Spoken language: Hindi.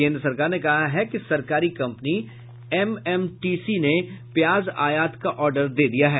केन्द्र सरकार ने कहा है कि सरकारी कंपनी एमएमटीसीने प्याज का आयात आर्डर दे दिया है